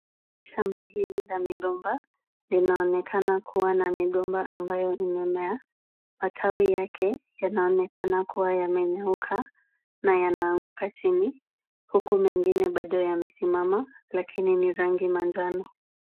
Shamba hili la migomba, linaonekana kuwa na migomba ambayo imemea. Matawi yake yanaonekana kuwa yamenyauka na yanaanguka chini, huku mengine bado yamesimama lakini ni rangi manjano.